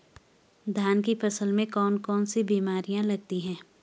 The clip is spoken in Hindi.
धान की फसल में कौन कौन सी बीमारियां लगती हैं?